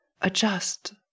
adjust